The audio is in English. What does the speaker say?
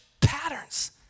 patterns